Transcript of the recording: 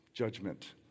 Judgment